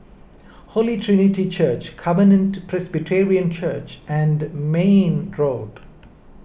Holy Trinity Church Covenant Presbyterian Church and Mayne Road